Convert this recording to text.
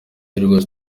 rwose